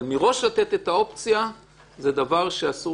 אבל מראש לתת את האופציה זה דבר שאסור